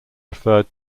referred